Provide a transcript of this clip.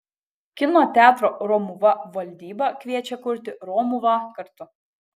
kino teatro romuva valdyba kviečia kurti romuvą kartu